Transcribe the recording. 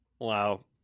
Wow